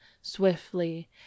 swiftly